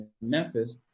Memphis